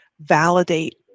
validate